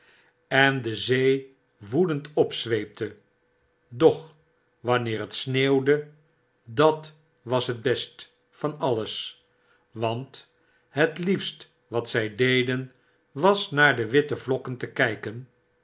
en de zee woedend opzweepte doch wanneer het sneeuwde dat was het best van alles want het hefst wat zy deden was naar de witte vlokken te kyken